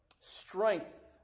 strength